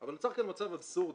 אבל נוצר כאן מצב אבסורדי.